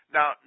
Now